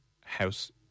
house